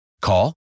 Call